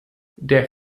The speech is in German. der